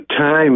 time